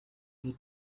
iri